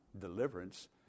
deliverance